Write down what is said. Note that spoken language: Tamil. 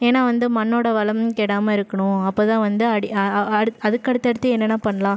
ஏன்னால் வந்து மண்ணோட வளமும் கெடாமல் இருக்கணும் அப்போதான் வந்து அடி அதுக்கு அடுத்தடுத்து என்னென்ன பண்ணலாம்